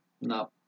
No